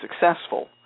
successful